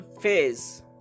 phase